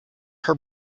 her